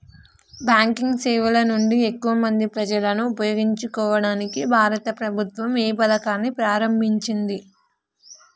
Banking సేవల నుండి ఎక్కువ మంది ప్రజలను ఉపయోగించుకోవడానికి భారత ప్రభుత్వం ఏ పథకాన్ని ప్రారంభించింది?